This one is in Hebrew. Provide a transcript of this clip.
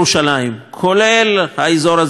כולל האזור הזה של הר-הבית,